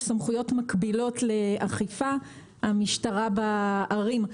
יש סמכויות לאכיפה, למשטרה בערים.